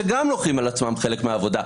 שגם לוקחים על עצמם חלק מהעבודה.